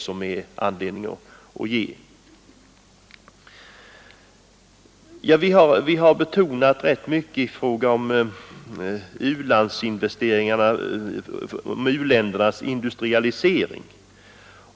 I fråga om u-landsinvesteringarna har vi betonat önskvärdheten av u-ländernas industrialisering.